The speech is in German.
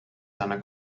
seiner